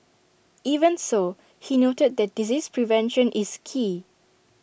even so he noted that disease prevention is key